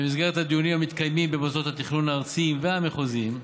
במסגרת הדיונים המתקיימים במוסדות התכנון הארציים והמחוזיים,